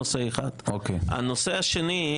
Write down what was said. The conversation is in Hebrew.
הנושא השני,